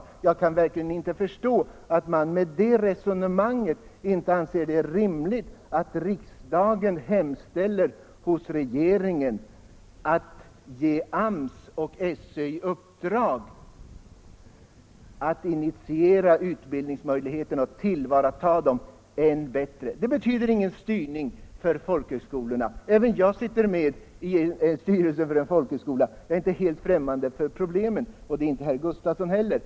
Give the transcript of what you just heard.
ilnsiorse NR Jag kan verkligen inte förstå att man med det resonemanget som bak = Arbetsmarknadsut grund inte inser det rimliga i att riksdagen hemställer hos regeringen att — bildningen den ger AMS och SÖ i uppdrag att initiera denna utbildning och tillvarata utbildningsmöjligheterna än bättre. Det betyder ingen styrning av folk högskolorna. Även jag sitter med i styrelsen för en folkhögskola. Jag är inte helt främmande för problemen, och det är inte herr Gustavsson heller.